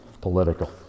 political